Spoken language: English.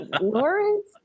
Lawrence